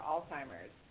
Alzheimer's